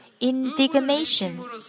indignation